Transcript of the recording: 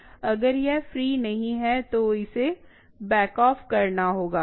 अगर यह फ्री नहीं है तो इसे बैकऑफ़ करना होगा